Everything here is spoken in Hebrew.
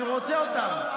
אני רוצה אותם.